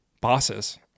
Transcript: bosses